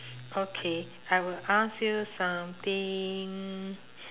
okay I will ask you something